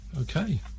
Okay